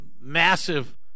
massive